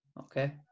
okay